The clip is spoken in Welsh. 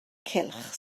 cylch